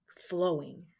flowing